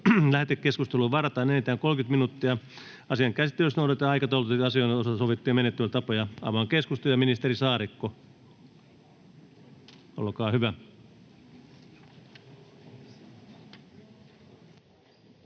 Lähetekeskustelua varten varataan enintään 30 minuuttia. Asian käsittelyssä noudatetaan aikataulutettujen asioiden osalta sovittuja menettelytapoja. — Avaan keskustelun. Ministeri Saarikko, olkaa hyvä,